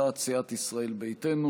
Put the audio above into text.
הצעת סיעת ישראל ביתנו,